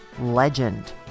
Legend